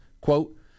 Quote